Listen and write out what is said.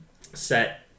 set